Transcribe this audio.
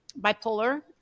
bipolar